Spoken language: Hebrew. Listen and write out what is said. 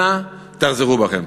אנא תחזרו בכם.